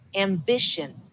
ambition